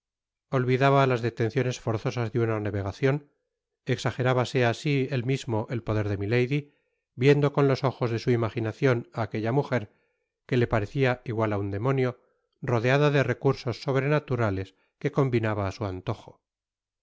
olvidaba las detenciones forzosas de una navegacion exajerábase á sí mismo el poder de milady viendo con los ojos de su imaginacion á aquella mujer que le parecía igual á un demonio rodeada de recursos sobrenaturales que combinaba á su antojo